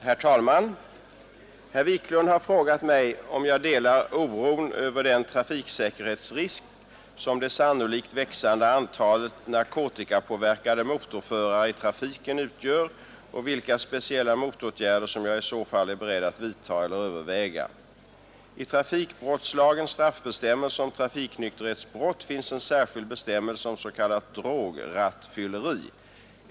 Herr talman! Herr Wiklund i Stockholm har frågat mig om jag delar oron över den trafiksäkerhetsrisk som det sannolikt växande antalet narkotikapåverkade motorförare i trafiken utgör och vilka speciella motåtgärder som jag i så fall är beredd att vidta eller överväga. I trafikbrottslagens straffbestämmelser om trafiknykterhetsbrott finns en särskild bestämmelse om s.k. drograttfylleri.